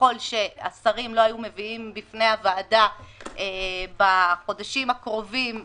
ככל שהשרים לא היו מביאים בפני הוועדה בחודשים הקרובים